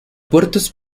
puertos